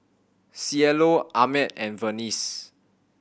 Cielo Ahmed and Vernice